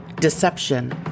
deception